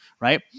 right